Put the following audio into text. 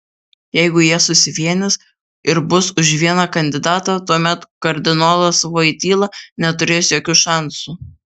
jeigu jie susivienys ir bus už vieną kandidatą tuomet kardinolas voityla neturės jokių šansų